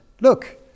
Look